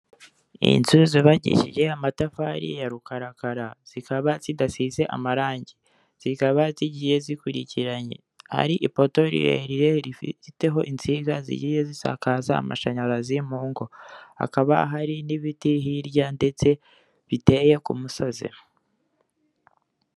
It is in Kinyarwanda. Inzu zubakishije amatafari ya rukarakara, zikaba zidasize amarange, zikaba zigiye zikurikiranye, hari ipoto rirerire rifiteho insinga zigiye zisakaya amashanyarazi mu ngo, hakaba hari n'ibiti hirya ndetse biteye ku musozi.